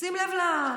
שים לב לגיוון,